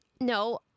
no